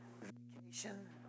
vacation